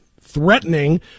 threatening